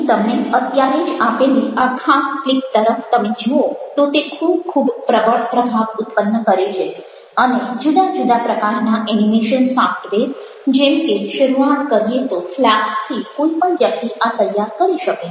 મેં તમને અત્યારે જ આપેલી આ ખાસ ક્લિપ તરફ તમે જુઓ તો તે ખૂબ ખૂબ પ્રબળ પ્રભાવ ઉત્પન્ન કરે છે અને જુદા જુદા પ્રકારના એનિમેશન સોફ્ટવેર જેમ કે શરૂઆત કરીએ તો ફ્લેક્સ થી કોઈ પણ વ્યક્તિ આ તૈયાર કરી શકે